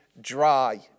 dry